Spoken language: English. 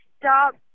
stop